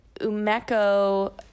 Umeko